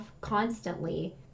constantly